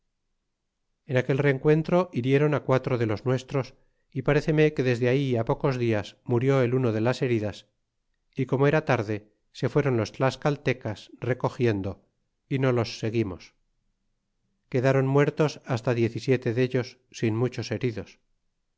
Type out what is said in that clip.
en aquel rencuentro hirieron á guaico de los nuestros y pareceme que desde ahí á pocos dias murió el uno de las heridas y como era tarde se fueron los tlascaltecas recogiendo y no los seguimos y quedron muertos hasta diez y siete dellos sin muchos heridos